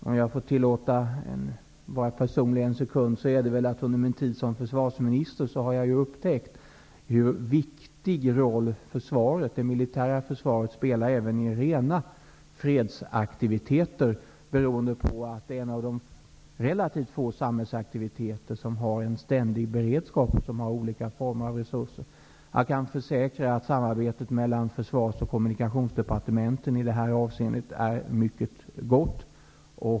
Om jag får vara personlig en sekund, kan jag säga att under min tid som försvarsminister har jag upptäckt hur viktig roll det militära försvaret spelar även när det gäller rena fredsaktiviteter beroende på att det är en av de relativt få samhällsaktiviteter som har en ständig beredskap och som har olika former av resurser. Jag kan försäkra att samarbetet mellan Kommunikationsdepartementet i detta avseende är mycket gott.